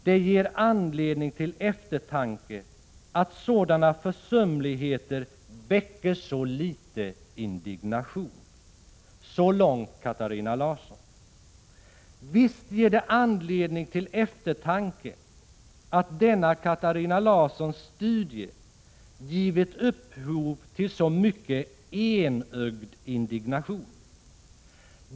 Det ger anledning till eftertanke att sådana försumligheter väcker så litet indignation.” Så långt Katarina Larsson. Visst ger det anledning till eftertanke att denna Katarina Larssons studie givit upphov till så mycket enögd indignation.